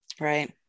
Right